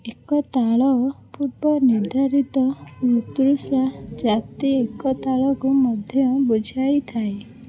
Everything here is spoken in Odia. ଏକ ତାଳ ପୂର୍ବ ନିର୍ଦ୍ଧାରିତ ମୃତୁସ୍ରା ଜାତି ଏକତାଳକୁ ମଧ୍ୟ ବୁଝାଇଥାଏ